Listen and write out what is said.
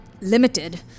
limited